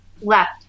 left